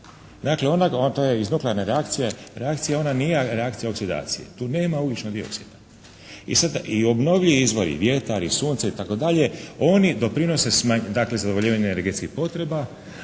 dioksid. To je iz nuklearne reakcije, ona nije reakcija oksidacije. To nema ugljičnog dioksida. I … izvori, vjetar, i sunce itd. oni doprinose, dakle zadovoljavanju energetskih potreba,